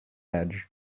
edge